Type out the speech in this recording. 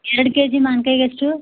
ಎರಡು K G ಮಾವಿನ್ಕಾಯ್ಗೆ ಎಷ್ಟು